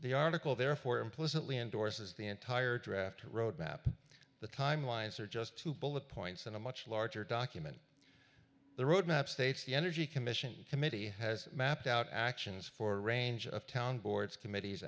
the article therefore implicitly endorses the entire draft road map the timelines are just two bullet points and a much larger document the road map states the energy commission committee has mapped out actions for a range of town boards committees